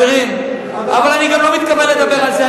חברים, אבל אני גם לא מתכוון לדבר על זה.